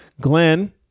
Glenn